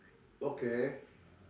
okay